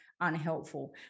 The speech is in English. unhelpful